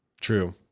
True